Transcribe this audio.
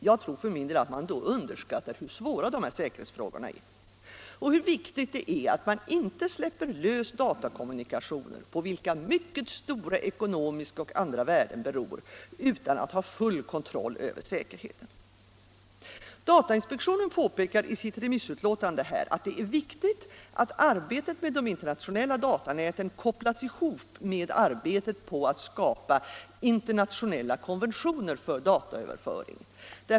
Jag tror för min del att utskottet underskattat dessa säkerhetsfrågors svårighetsgrad och vikten av att inte släppa lös datakommunikationer, på vilka mycket stora ekonomiska och andra värden beror, utan att ha full kontroll över säkerheten. Datainspektionen påpekar i sitt remissutlåtande att det är viktigt att arbetet med de internationella datanäten kopplas ihop med arbetet på att skapa internationella konventioner för dataöverföring.